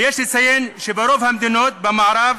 ויש לציין שברוב המדינות במערב